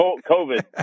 COVID